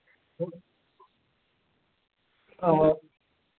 हां